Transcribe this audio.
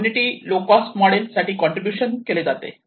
community low cost model साठी contribution केले जाते